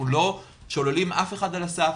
אנחנו לא שוללים אף אחד על הסף,